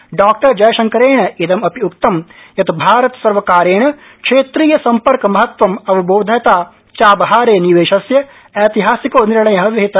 डॉ जयशंकरेण इदमपि उक्तं यत् भारतसर्वकारेण क्षेत्रीयसम्पर्क महत्त्वम् अवबोधयता चाबहारे निवेशस्य एतिहासिको निर्णय विहित